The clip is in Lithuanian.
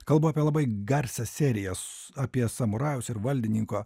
kalbu apie labai garsias serijas apie samurajaus ir valdininko